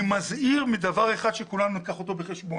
אני מזהיר מדבר אחד שכולנו צריכים לקחת אותו לתשומת